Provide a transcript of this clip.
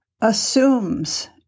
assumes